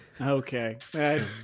Okay